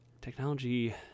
technology